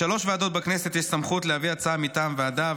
לשלוש ועדות בכנסת יש סמכות להביא הצעה מטעם ועדה,